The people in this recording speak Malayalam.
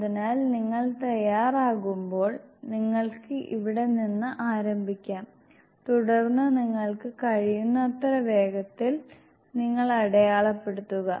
അതിനാൽ നിങ്ങൾ തയ്യാറാകുമ്പോൾ നിങ്ങൾക്ക് ഇവിടെ നിന്ന് ആരംഭിക്കാം തുടർന്ന് നിങ്ങൾക്ക് കഴിയുന്നത്ര വേഗത്തിൽ നിങ്ങൾ അടയാളപ്പെടുത്തുക